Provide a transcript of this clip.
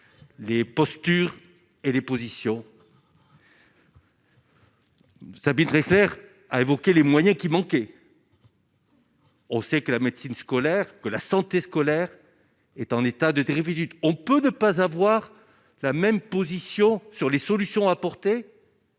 les postures et les positions. ça peut être très clair, a évoqué les moyens qui manquait. On sait que la médecine scolaire que la santé scolaire est en état de on peut ne pas avoir la même position sur les solutions à apporter.